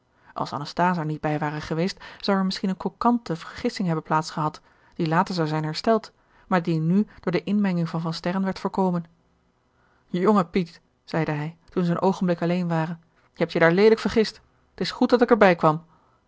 als anasthase er niet bij ware geweest zou er misschien eene choquante vergissing hebben plaats gehad die later zou zijn hersteld maar die nu door de inmenging van van sterren werd voorkomen jongen piet zeide hij toen zij een oogenblik alleen ware je hebt je daar leelijk vergist t is goed dat ik er bij kwam